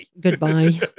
goodbye